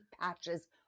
patches